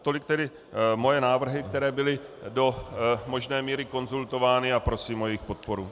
Tolik tedy moje návrhy, které byly do možné míry konzultovány, a prosím o jejich podporu.